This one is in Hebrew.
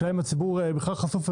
השאלה אם הציבור בכלל חשוף,